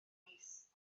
neis